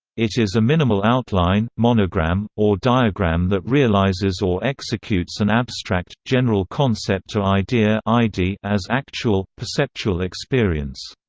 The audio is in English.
it is a minimal outline, monogram, or diagram that realizes or executes an abstract, general concept or idea idea as actual, perceptual experience.